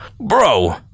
Bro